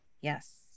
Yes